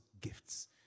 gifts